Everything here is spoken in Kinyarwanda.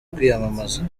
kwiyamamaza